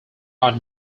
are